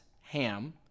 Ham